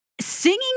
Singing